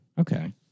Okay